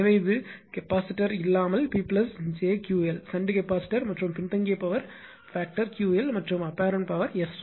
எனவே இது கெபாசிட்டார் இல்லாமல் 𝑃 𝑗𝑄𝑙 ஷன்ட் கெபாசிட்டார் மற்றும் பின்தங்கிய பவர் ஃபாக்டர் 𝑄𝑙 மற்றும் அபேரண்ட் பவர் 𝑆1